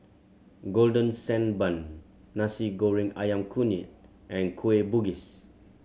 Golden Sand Bun Nasi Goreng Ayam Kunyit and Kueh Bugis